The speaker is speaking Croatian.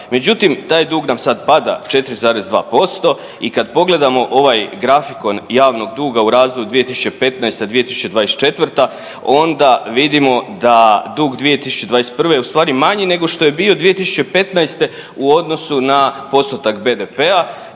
međutim taj dug nam sad pada 4,2% i kad pogledamo ovaj grafikon javnog duga u razdoblju 2015.-2024. onda vidimo da dug 2021. je u stvari manji nego što je bio 2015. u odnosu na postotak BDP-a,